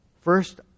first